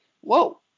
whoa